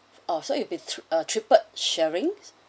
oh so it will be thr~ uh triple sharing